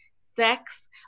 sex